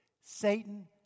Satan